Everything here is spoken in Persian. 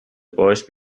باهاش